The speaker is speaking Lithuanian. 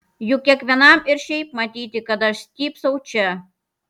juk kiekvienam ir šiaip matyti kad aš stypsau čia